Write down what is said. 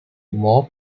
more